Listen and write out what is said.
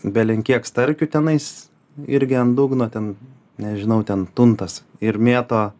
belenkiek starkių tenais irgi ant dugno ten nežinau ten tuntas ir mėto